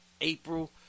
April